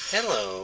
Hello